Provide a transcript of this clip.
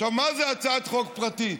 מה זה הצעת חוק פרטית?